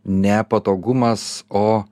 ne patogumas o